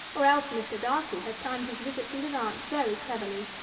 or else mr. darcy has timed his visit to his aunt very cleverly.